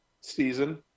season